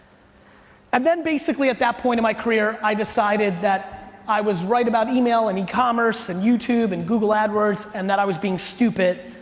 then basically at that point in my career i decided that i was right about email and e-commerce and youtube and google adwords and that i was being stupid,